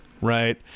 right